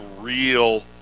real